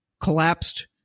collapsed